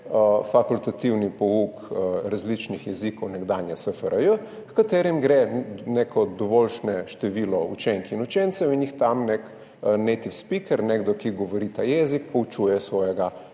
fakultativni pouk različnih jezikov nekdanje SFRJ, h katerim gre neko dovoljšne število učenk in učencev in jih tam neki spiker, ki govori ta jezik, poučuje njihov